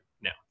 now